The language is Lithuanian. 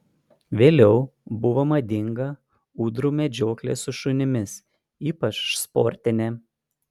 vėliau buvo madinga ūdrų medžioklė su šunimis ypač sportinė